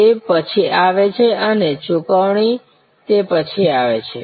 તે પછી આવે છે અને ચુકવણી તે પછી આવે છે